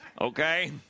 Okay